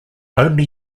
only